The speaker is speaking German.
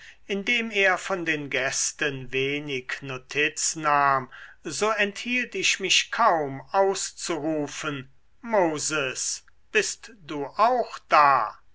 indem er von den gästen wenig notiz nahm so enthielt ich mich kaum auszurufen moses bist du auch da